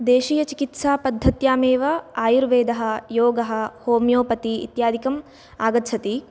देशीयचिकित्सापद्धत्यामेव आयुर्वेदः योगः होमियोपति इत्यादिकं आगच्छति